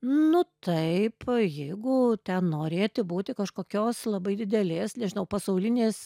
nu taip jeigu ten norėti būti kažkokios labai didelės nežinau pasaulinės